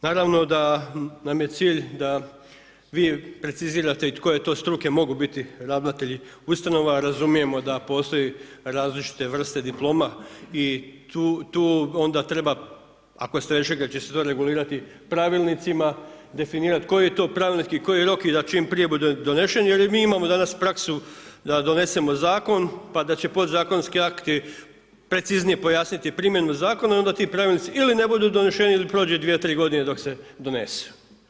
Naravno da nam je cilj da vi precizirate i koje to struke mogu biti ravnatelji ustanova, razumijemo da postoji različite vrste diploma i tu onda treba ako ste već rekli da će se to regulirati pravilnicima, definirati koji je to pravilnik i koji je rok i da čim prije bude donesen jer i mi imamo danas praksu da donesemo zakon pa da će podzakonski akti preciznije pojasniti primjenu zakona i ona ti pravilnici ili ne budu doneseni ili prođe 2, 3 g. dok se donesu.